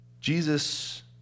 Jesus